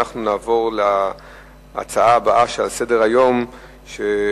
הנושא הבא הוא הצעה לסדר-יום מס'